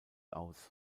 aus